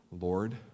Lord